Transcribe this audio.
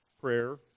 prayer